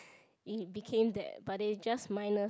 it became that but they just minus